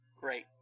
Great